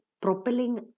propelling